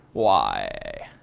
why?